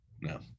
no